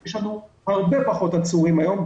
יש לנו הרבה פחות עצורים היום,